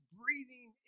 breathing